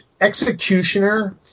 executioner